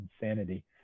insanity